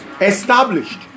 established